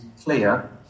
clear